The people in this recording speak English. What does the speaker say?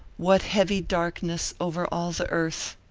what heavy darkness over all the earth!